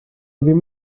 ddim